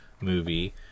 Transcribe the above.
movie